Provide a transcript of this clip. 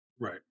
Right